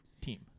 team